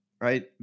right